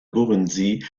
burundi